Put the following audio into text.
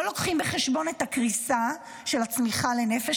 לא לוקחים בחשבון את הקריסה של הצמיחה לנפש,